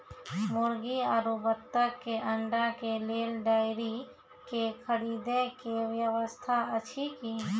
मुर्गी आरु बत्तक के अंडा के लेल डेयरी के खरीदे के व्यवस्था अछि कि?